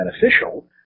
beneficial